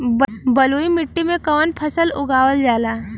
बलुई मिट्टी में कवन फसल उगावल जाला?